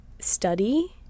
study